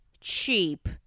cheap